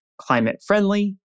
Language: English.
climate-friendly